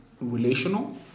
relational